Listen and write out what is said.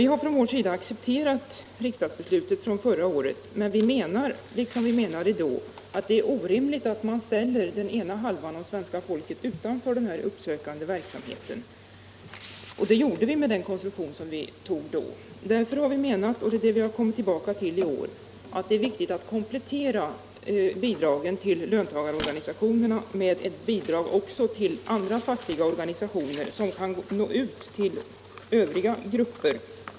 Vi har från vår sida accepterat riksdagsbeslutet från förra året, men vi menar — nu liksom då — att det är orimligt att ställa en stor del av svenska folket utanför den här uppsökande verksamheten. Det gjorde riksdagen genom den konstruktion för organisationen av uppsökande verksamhet som beslutades förra våren. Vi menade då, och det är detta vi har kommit tillbaka till i år, att det är viktigt att komplettera bidragen till löntagarorganisationerna med ett bidrag också till andra fackliga organisationer som kan nå ut till andra grupper.